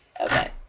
Okay